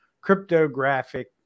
cryptographic